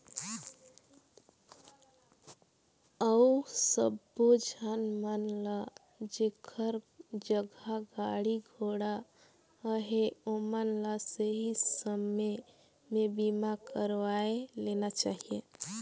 अउ सबो झन मन ल जेखर जघा गाड़ी घोड़ा अहे ओमन ल सही समे में बीमा करवाये लेना चाहिए